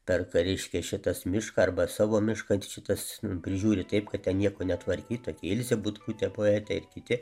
perka reiškia šitas mišką arba savo mišką šitas prižiūri taip kad ten nieko netvarkyt tokia ilzė butkutė poetė ir kiti